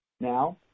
Now